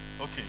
Okay